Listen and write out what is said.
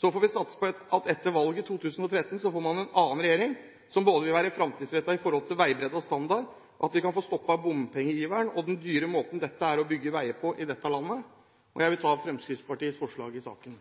Så får vi satse på at man etter valget i 2013 får en annen regjering som vil være fremtidsrettet med tanke på veibredde og standard, og at vi kan få stoppet bompengeiveren og den dyre måten dette er å bygge veier på i dette landet. Jeg vil ta opp Fremskrittspartiets forslag i saken.